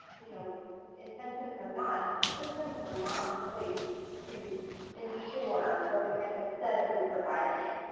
you know intentions or not, systems were not in place to ensure what the campus said it was providing.